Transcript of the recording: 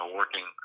working